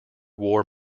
war